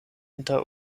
inter